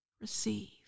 receive